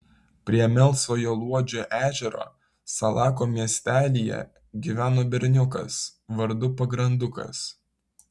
prie melsvojo luodžio ežero salako miestelyje gyveno berniukas vardu pagrandukas